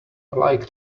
like